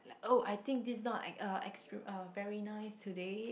like oh I think this is not like uh extreme uh very nice today